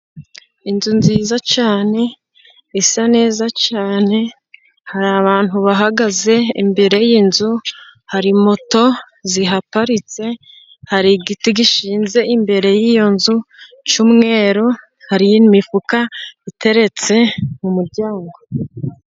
Inzu nziza cyane ,isa neza cyane, hari abantu bahagaze imbere y'inzu ,hari moto zihaparitse ,hari igiti gishinze imbere y'iyo nzu cy'umweru ,hari imifuka iteretse mu muryango.